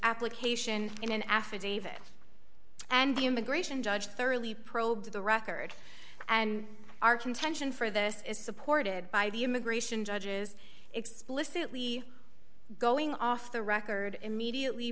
application in an affidavit and the immigration judge thoroughly probed the record and our contention for this is supported by the immigration judges explicitly going off the record immediately